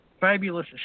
fabulous